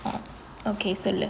oh okay சொல்லு:sollu